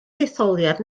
detholiad